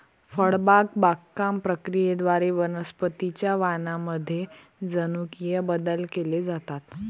फळबाग बागकाम प्रक्रियेद्वारे वनस्पतीं च्या वाणांमध्ये जनुकीय बदल केले जातात